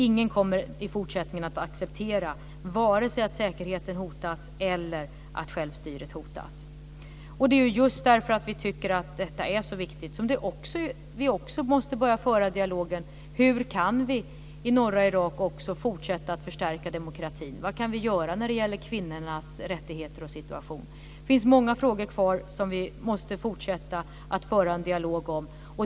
Ingen kommer i fortsättningen att acceptera vare sig att säkerheten hotas eller att självstyret hotas. Det är just därför att vi tycker att detta är så viktigt som vi också måste börja föra dialogen om hur det är möjligt att fortsätta att förstärka demokratin i norra Irak. Vad kan vi göra när det gäller kvinnors rättigheter och situation? Det finns många frågor kvar som vi måste fortsätta att föra en dialog om.